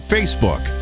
Facebook